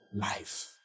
life